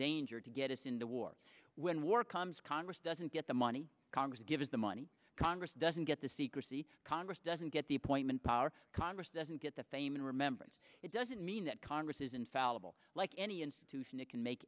danger to get us into war when war comes congress doesn't get the money congress gives the money congress doesn't get the secrecy congress doesn't get the appointment power congress doesn't get the fame in remembrance it doesn't mean that congress is infallible like any institution it can make